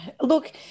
look